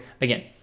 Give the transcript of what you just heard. again